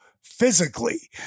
physically